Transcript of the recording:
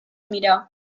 mirar